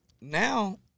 Now